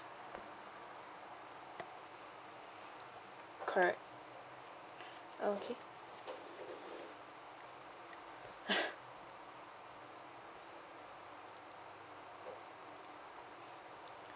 correct okay